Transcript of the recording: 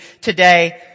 today